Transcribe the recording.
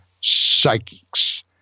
psychics